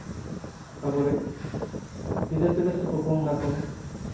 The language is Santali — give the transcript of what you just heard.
ᱟᱵᱚᱨᱤᱡ ᱜᱤᱫᱟᱹᱨ ᱯᱤᱫᱟᱹᱨ ᱥᱮ ᱯᱚᱼᱯᱚᱝᱲᱟ ᱠᱚ